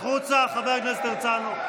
החוצה, חבר הכנסת הרצנו.